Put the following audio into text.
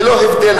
ללא הבדל דת,